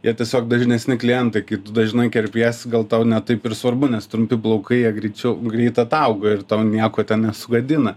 jie tiesiog dažnesni klientai dažnai kerpiesi gal tau ne taip ir svarbu nes trumpi plaukai jie greičiau greit atauga ir tau nieko nesugadina